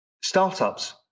startups